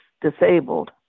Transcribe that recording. disabled